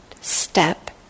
step